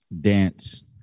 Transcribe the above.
dance